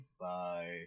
Bye